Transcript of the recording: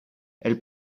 elles